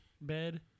bed